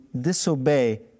disobey